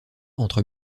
entre